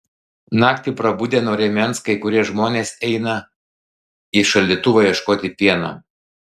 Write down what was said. naktį prabudę nuo rėmens kai kurie žmonės eina į šaldytuvą ieškoti pieno